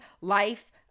life